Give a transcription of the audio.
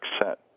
set